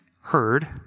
heard